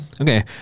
Okay